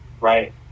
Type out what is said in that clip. right